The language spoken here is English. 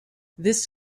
this